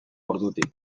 ordutik